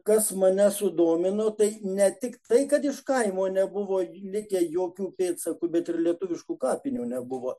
kas mane sudomino tai ne tik tai kad iš kaimo nebuvo likę jokių pėdsakų bet ir lietuviškų kapinių nebuvo